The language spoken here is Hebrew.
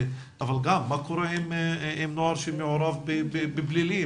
אבל גם מה קורה עם נוער שמעורב בפלילים,